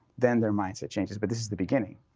then their mindset changes. but this is the beginning.